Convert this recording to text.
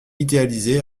idéalisé